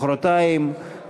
מחרתיים,